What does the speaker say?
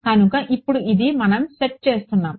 కనుక ఇప్పుడు ఇది మనం సెట్ చేస్తున్నాము